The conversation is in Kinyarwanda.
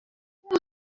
uko